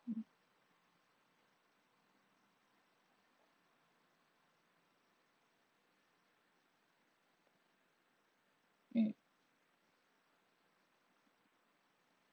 mm